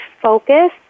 focus